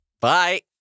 bye